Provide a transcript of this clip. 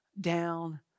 down